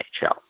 NHL